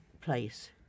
place